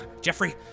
Jeffrey